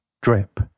drip